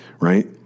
right